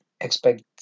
expect